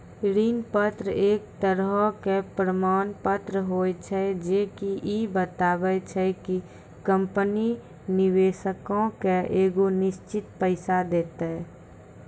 ऋण पत्र एक तरहो के प्रमाण पत्र होय छै जे की इ बताबै छै कि कंपनी निवेशको के एगो निश्चित पैसा देतै